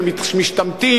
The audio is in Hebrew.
ומשתמטים,